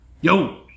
yo